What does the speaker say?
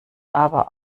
aber